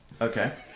Okay